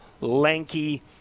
lanky